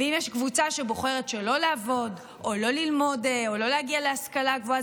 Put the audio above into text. ואם יש קבוצה שבוחרת שלא לעבוד או לא ללמוד או לא להגיע להשכלה גבוה,